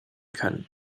kann